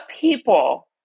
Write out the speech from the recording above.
people